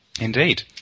Indeed